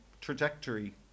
trajectory